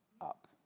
up